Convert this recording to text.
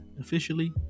officially